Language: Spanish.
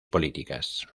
políticas